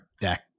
deck